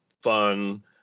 fun